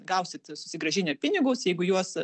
gausite susigrąžinę pinigus jeigu juos